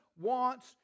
wants